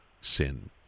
sin